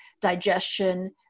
digestion